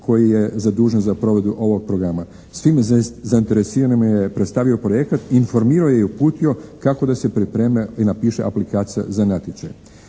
koji je zadužen za provedbu ovog programa. Svim zainteresiranim je predstavio projekat, informirao je i uputio kako da se pripreme i napiše aplikacija za natječaj.